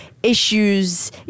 issues